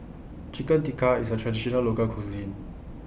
Chicken Tikka IS A Traditional Local Cuisine